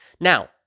Now